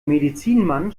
medizinmann